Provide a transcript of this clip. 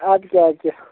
اَدٕ کیٛاہ اَدٕ کیٛاہ